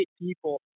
people